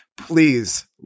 please